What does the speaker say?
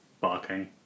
barking